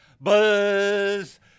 Buzz